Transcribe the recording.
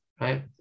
Right